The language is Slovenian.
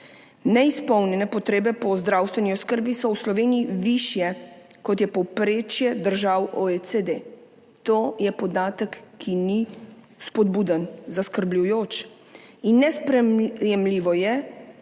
Neizpolnjene potrebe po zdravstveni oskrbi so v Sloveniji višje, kot je povprečje držav OECD. To je podatek, ki ni spodbuden, je zaskrbljujoč. Nesprejemljivo je,